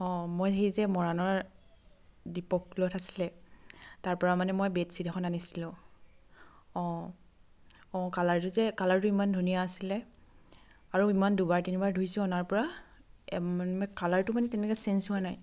অঁ মই সেই যে মৰাণৰ দীপক ক্লথ আছিলে তাৰপৰা মানে মই বেডশ্বিট এখন আনিছিলোঁ অঁ অঁ কালাৰটো যে কালাৰটো ইমান ধুনীয়া আছিলে আৰু ইমান দুবাৰ তিনিবাৰ ধুইছোঁ অনাৰপৰা কালাৰটো মানে তেনেকৈ চেঞ্জ হোৱা নাই